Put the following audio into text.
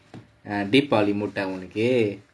deepavali mood ah உனக்கு:unakku